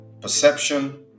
perception